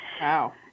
Wow